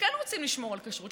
שכן רוצים לשמור על כשרות,